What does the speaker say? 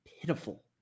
pitiful